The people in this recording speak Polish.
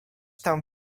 tam